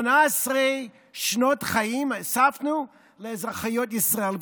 18 שנות חיים הוספנו לאזרחיות ישראל.